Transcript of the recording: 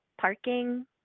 parking